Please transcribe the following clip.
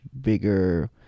bigger